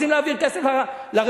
ואם רוצים להעביר כסף לרפורמים,